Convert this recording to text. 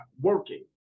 working